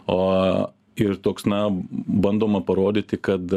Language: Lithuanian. o ir toks na bandoma parodyti kad